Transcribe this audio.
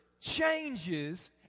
changes